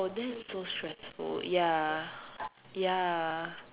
that is so stressful ya ya